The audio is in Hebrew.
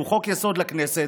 שהוא חוק-יסוד לכנסת,